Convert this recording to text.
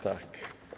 Tak.